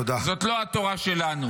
זאת לא התורה שלנו.